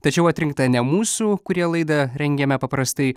tačiau atrinktą ne mūsų kurie laidą rengiame paprastai